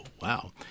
wow